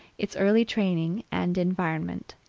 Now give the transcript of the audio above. its early training and environment.